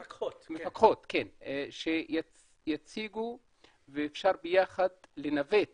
מפקחות, שיציגו ואפשר ביחד לנווט